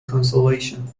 consolation